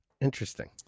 interesting